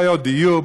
בעיות דיור,